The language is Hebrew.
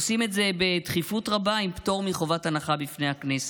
עושים את זה בדחיפות רבה עם פטור מחובת הנחה בפני הכנסת,